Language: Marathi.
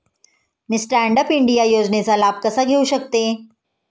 मी स्टँड अप इंडिया योजनेचा लाभ कसा घेऊ शकते